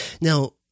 Now